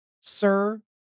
sir